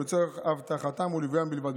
או לצורך אבטחתם וליווים בלבד.